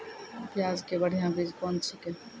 प्याज के बढ़िया बीज कौन छिकै?